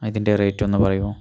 ഇതിൻ്റെ റേറ്റ് ഒന്ന് പറയുമോ